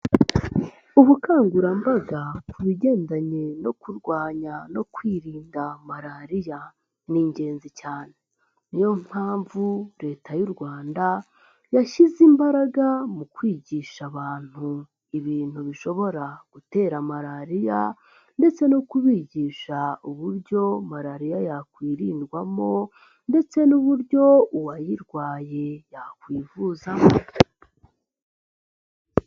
Ubukangurambaga ku bigendanye no kurwanya no kwirinda Malariya ni ingenzi cyane. Ni yo mpamvu Leta y'u Rwanda yashyize imbaraga mu kwigisha abantu ibintu bishobora gutera Malariya ndetse no kubigisha uburyo Malariya yakwirindwamo ndetse n'uburyo uwayirwaye yakwivuzamo.